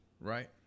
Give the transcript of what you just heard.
Right